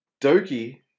Doki